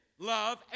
Love